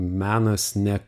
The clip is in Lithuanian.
menas ne